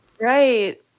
Right